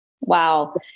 wow